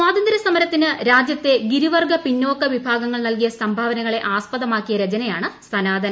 സ്വാതന്ത്ര്യ സമരത്തിന് രാജ്യത്തെ ഗിരിവർഗ്ഗ പിന്നോക്ക വിഭാഗങ്ങൾ നൽകിയ സംഭാവനകളെ ആസ്പദമാക്കിയ രചനയാണ് സനാതൻ